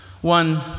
One